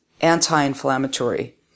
anti-inflammatory